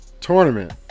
tournament